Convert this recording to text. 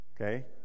Okay